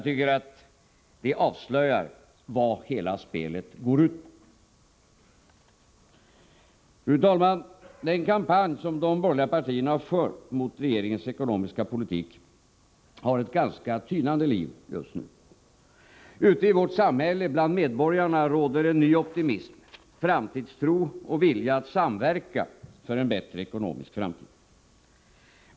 Det avslöjar vad hela spelet går ut på. Fru talman! Den kampanj som de borgerliga partierna har fört mot regeringens ekonomiska politik för ett ganska tynande liv just nu. Ute i vårt samhälle bland medborgarna råder en ny optimism, framtidstro och vilja att samarbeta för en bättre ekonomisk framtid.